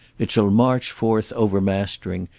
it shall march forth over-mastering,